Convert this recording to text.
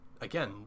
again